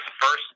first